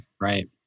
right